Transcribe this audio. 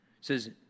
says